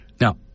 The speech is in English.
Now